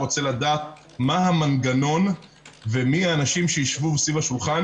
רוצה לדעת מה המנגנון ומי האנשים שישבו סביב השולחן